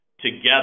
together